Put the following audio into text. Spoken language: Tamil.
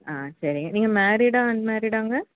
ஆ சரிங்க நீங்கள் மேரிடா அன்மேரிடாங்க